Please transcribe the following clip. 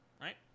right